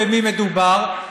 במי מדובר.